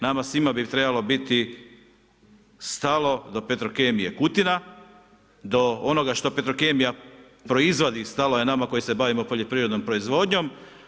Nama svima bi trebalo biti stalo do Petrokemije Kutina, do onoga što Petrokemija proizvodi stalo je nama koji se bavimo poljoprivrednom proizvodnjom.